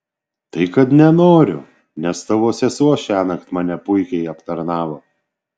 tai kad nenoriu nes tavo sesuo šiąnakt mane puikiai aptarnavo